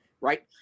right